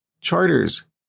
Charters